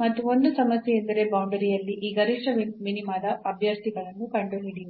ಮತ್ತು ಒಂದು ಸಮಸ್ಯೆಯೆಂದರೆ ಬೌಂಡರಿಯಲ್ಲಿ ಈ ಗರಿಷ್ಠ ಮಿನಿಮಾದ ಅಭ್ಯರ್ಥಿಗಳನ್ನು ಕಂಡುಹಿಡಿಯುವುದು